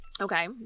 okay